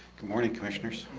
morning commissioners